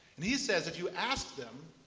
and he says, if you ask them,